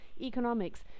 economics